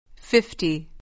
fifty